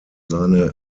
seine